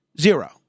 Zero